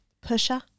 Pusher